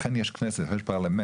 לכן יש כנסת, יש פרלמנט.